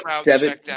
seven